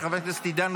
של חבר הכנסת אלון